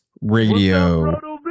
Radio